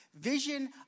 vision